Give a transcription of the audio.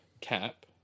Cap